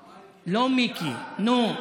לא, מיקי, נו.